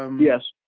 um yes,